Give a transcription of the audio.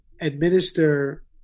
administer